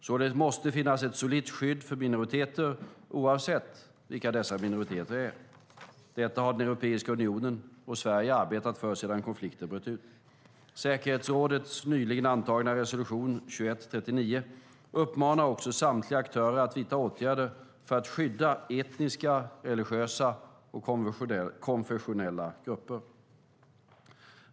Således måste det finnas ett solitt skydd för minoriteter, oavsett vilka dessa minoriteter är. Detta har Europeiska unionen och Sverige arbetat för sedan konflikten bröt ut. Säkerhetsrådets nyligen antagna resolution 2139 uppmanar också samtliga aktörer att vidta åtgärder för att skydda etniska, religiösa och konfessionella grupper.